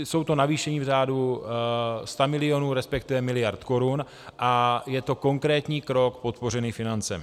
Jsou to navýšení v řádu stamilionů, respektive miliard korun, a je to konkrétní krok podpořený financemi.